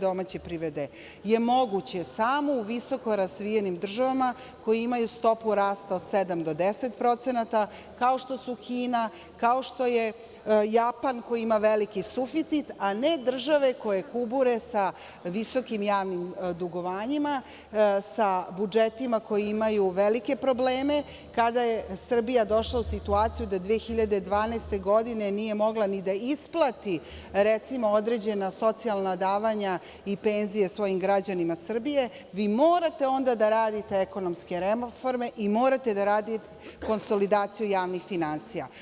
domaće privrede, je moguće samo u visoko razvijenim državama koje imaju stopu rasta od 7 do 10%, kao što su Kina, kao što je Japan koji ima veliki suficit, a ne države koje kubure sa visokim javnim dugovanjima, sa budžetima koji imaju velike probleme, kada je Srbija došla u situaciju da 2012. godine nije mogla ni da isplati određena socijalna davanja i penzije svojim građanima Srbije, vi morate onda da radite ekonomske reforme i morate da radite konsolidaciju javnih finansija.